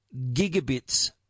gigabits